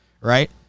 right